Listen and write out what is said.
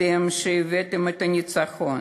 אתם שהבאתם את הניצחון,